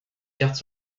cartes